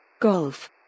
Golf